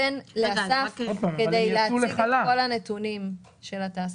אבקש שאסף גבע יציג את הנתונים של התעסוקה.